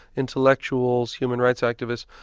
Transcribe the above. intellectuals, human rights activists,